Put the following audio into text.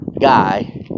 guy